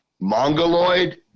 Mongoloid